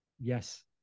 Yes